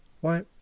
Why